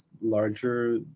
larger